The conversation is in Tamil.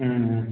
ம் ம்